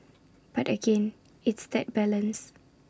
but again it's that balance